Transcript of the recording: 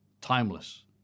Timeless